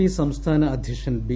P സംസ്ഥാന അദ്ധ്യക്ഷൻ B